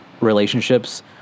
relationships